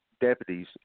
deputies